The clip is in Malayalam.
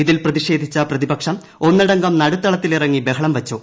ഇതിൽ പ്രതിഷേധിച്ച പ്രതിപക്ഷം ഒന്നടങ്കം നടുത്തളത്തില്ിറങ്ങി ബഹളം വച്ചു